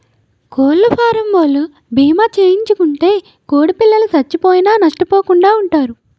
కోళ్లఫారవోలు భీమా చేయించుకుంటే కోడిపిల్లలు సచ్చిపోయినా నష్టపోకుండా వుంటారు